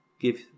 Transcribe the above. give